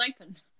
opened